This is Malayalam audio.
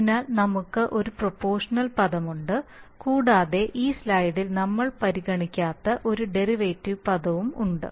അതിനാൽ നമുക്ക് ഒരു പ്രൊപോഷണൽ പദമുണ്ട് കൂടാതെ ഈ സ്ലൈഡിൽ നമ്മൾ പരിഗണിക്കാത്ത ഒരു ഡെറിവേറ്റീവ് പദവും ഉണ്ട്